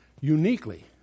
uniquely